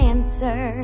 answer